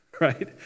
right